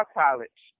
college